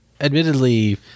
admittedly